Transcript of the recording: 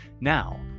Now